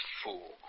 fool